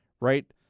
right